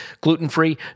gluten-free